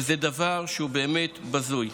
וזה דבר שהוא באמת בזוי.